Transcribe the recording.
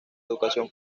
educación